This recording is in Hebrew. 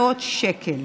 שקל.